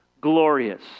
glorious